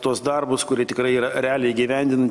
tuos darbus kurie tikrai yra realiai įgyvendin